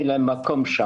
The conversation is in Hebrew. ואין להם שם מקום.